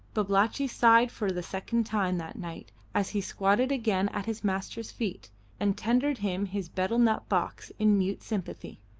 babalatchi sighed for the second time that night as he squatted again at his master's feet and tendered him his betel-nut box in mute sympathy.